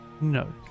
No